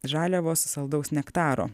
žaliavos saldaus nektaro